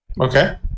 Okay